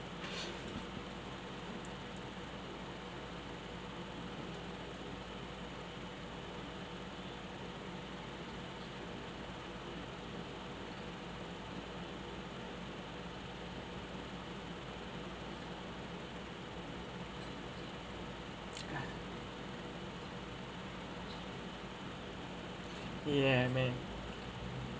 ya amen